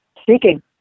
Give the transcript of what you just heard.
Speaking